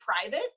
private